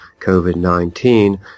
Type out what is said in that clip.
COVID-19